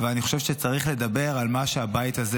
אבל אני חושב שצריך לדבר על מה שהבית הזה